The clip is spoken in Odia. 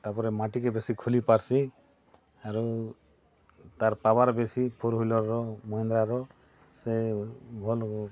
ତାପରେ ମାଟି କି ବେଶୀ ଖୋଲି ପାର୍ସି ଆରୁ ତାର ପାୱାର ବେଶୀ ଫୋର ହୁଇଲର୍ ର ମହେନ୍ଦ୍ରାର ସେ ଭଲ